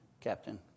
Captain